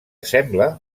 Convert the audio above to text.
sembla